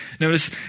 Notice